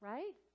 Right